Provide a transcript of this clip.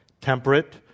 temperate